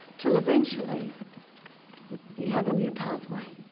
til eventually he had a new pathway,